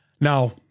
Now